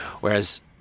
Whereas